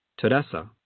Teresa